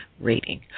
rating